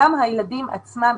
הם הילדים בעצם.